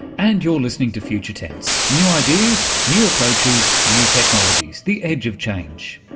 and you're listening to future tense new ideas, new approaches, new technologies the edge of change.